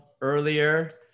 earlier